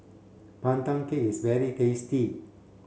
Pandan Cake is very tasty